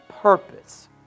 purpose